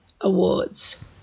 awards